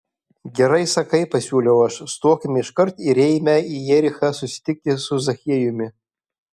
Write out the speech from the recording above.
gerai sakai pasiūliau aš stokime iškart ir eime į jerichą susitikti su zachiejumi